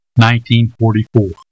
1944